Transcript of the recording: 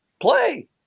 play